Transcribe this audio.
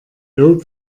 lob